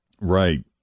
Right